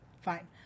Fine